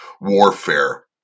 warfare